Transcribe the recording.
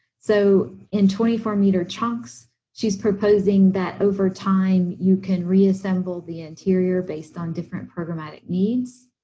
so in twenty four meter chunks, she's proposing that over time, you can reassemble the interior based on different programmatic needs.